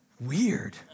Weird